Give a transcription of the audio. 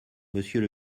monsieur